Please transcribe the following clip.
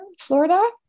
Florida